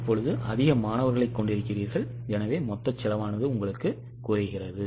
இப்போது நீங்கள் அதிக மாணவர்களைக் கொண்டிருக்கிறீர்கள் எனவே மொத்த செலவு குறைகிறது